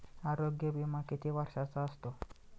आरोग्य विमा किती वर्षांचा असतो?